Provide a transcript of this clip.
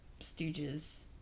Stooges